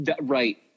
Right